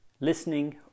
listening